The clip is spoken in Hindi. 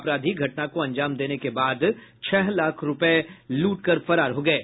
अपराधी घटना को अंजाम देने के बाद छह लाख रूपये लूटकर फरार हो गये